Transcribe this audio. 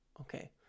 Okay